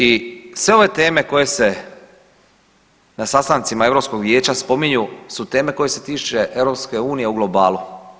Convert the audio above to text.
I sve ove teme koje se na sastancima Europskog vijeća spominju su teme koje se tiču EU u globalu.